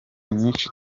nyinshi